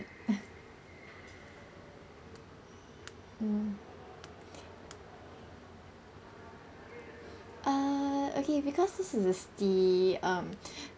mm uh okay because this is the um